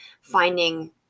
finding